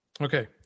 Okay